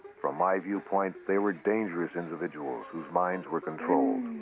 from my viewpoint, they were dangerous individuals whose minds were controlled.